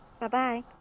Bye-bye